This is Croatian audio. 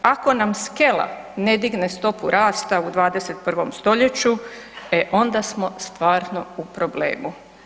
Ako nam skela ne digne stopu rasta u 21. st., e onda smo stvarno u problemu.